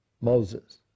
Moses